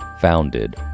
founded